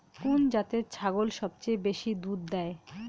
কুন জাতের ছাগল সবচেয়ে বেশি দুধ দেয়?